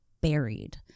buried